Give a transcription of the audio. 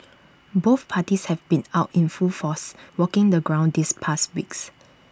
both parties have been out in full force walking the ground these past weeks